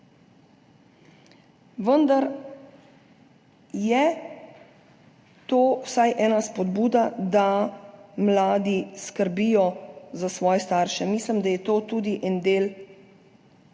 vendar je to vsaj ena spodbuda, da mladi skrbijo za svoje starše. Mislim, da je to tudi en del